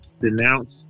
denounce